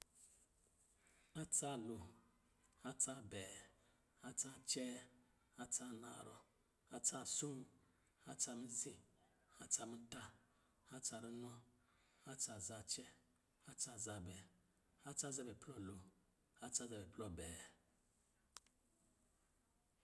atsa lo, atsa bɛɛ, atsa cɛɛ, atsa, narɔ, atsa soo, atsa mizi, atsa muta, atsa runɔ, atsa zacɛɛ, atsa zabɛ, atsa zabɛ plɔ lo, atsa zabɛ plɔ bɛɛ